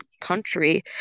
country